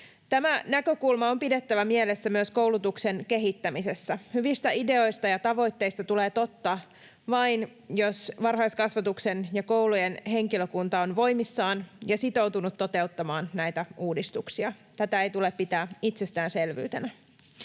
Tämä näkökulma on pidettävä mielessä myös koulutuksen kehittämisessä. Hyvistä ideoista ja tavoitteista tulee totta vain, jos varhaiskasvatuksen ja koulujen henkilökunta on voimissaan ja sitoutunut toteuttamaan näitä uudistuksia. Tätä ei tule pitää itsestäänselvyytenä.